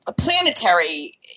planetary